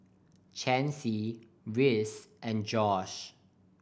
Chancy Reese and Josh